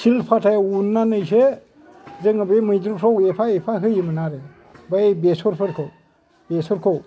सिल फाथायाव उननानैसो जोङो बे मैद्रुफ्राव एफा एफा होयोमोन आरो बै बेसरफोरखौ बेसरखौ